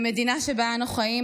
במדינה שבה אנו חיים,